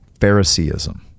Phariseeism